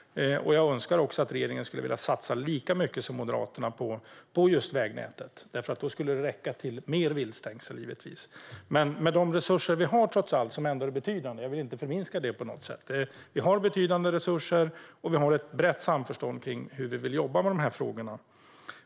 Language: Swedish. Jag önskar att regeringen skulle vilja satsa lika mycket som Moderaterna just på vägnätet, för då skulle det givetvis räcka till mer viltstängsel. Jag vill inte förminska de resurser vi trots allt har, för de är betydande. Vi har också ett brett samförstånd om hur vi vill jobba med de här frågorna.